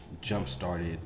jump-started